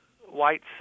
white